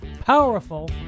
Powerful